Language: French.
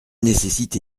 nécessité